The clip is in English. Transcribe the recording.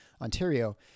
Ontario